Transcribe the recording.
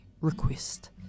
request